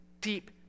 Deep